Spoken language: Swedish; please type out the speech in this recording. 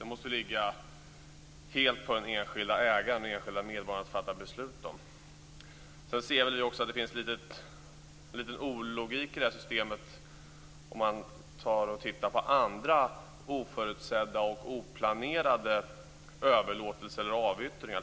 Det måste ligga helt på den enskilda ägaren och den enskilda medborgaren att fatta beslut om det. Sedan ser vi också att det finns en liten ologiskhet i det här systemet om man tittar på andra oförutsedda och oplanerade överlåtelser eller avyttringar.